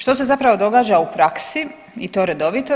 Što se zapravo događa u praksi i to redovito.